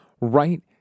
right